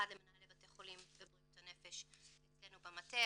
אחת למנהלי בתי חולים לבריאות הנפש אצלנו במטה,